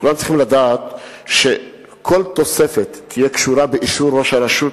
כולם צריכים לדעת שכל תוספת תהיה קשורה באישור ראש הרשות,